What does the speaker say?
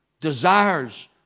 desires